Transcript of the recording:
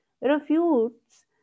refutes